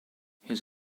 his